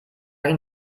ging